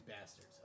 bastards